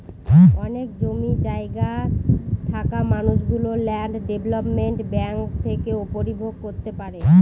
অনেক জমি জায়গা থাকা মানুষ গুলো ল্যান্ড ডেভেলপমেন্ট ব্যাঙ্ক থেকে উপভোগ করতে পারে